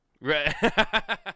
Right